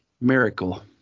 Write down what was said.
Miracle